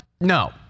No